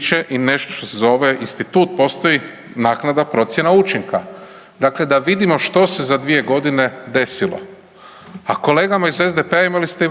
će i nešto što se zove institut, postoji naknadna procjena učinka dakle da vidimo što se za dvije godine desilo. A kolegama iz SDP-a imali ste i